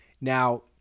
Now